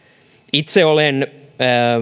itse olen